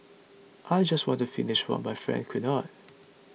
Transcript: I just want to finish what my friends could not